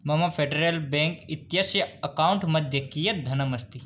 मम federal bank इत्यस्य account मध्ये कियत् धनमस्ति